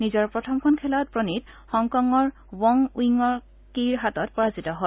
নিজৰ প্ৰথমখন খেলত প্ৰণিত হংকঙৰ ৱং উইং কিৰ হাতত পৰাজিত হয়